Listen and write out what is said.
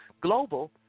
Global